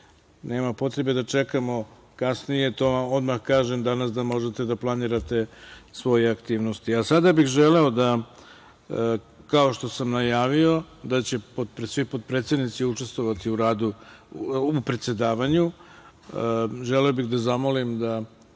Nema potrebe da čekamo kasnije to vam odmah kažem danas da možete da planirate svoje aktivnosti. Sada bih želeo da, kao što sam najavio da će svi potpredsednici učestvovati u radu, u predsedavanju. Želeo bih da zamolim da